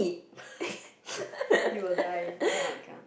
you will die cannot cannot